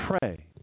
pray